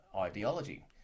ideology